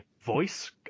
voice